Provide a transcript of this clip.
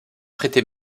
prêter